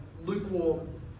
lukewarm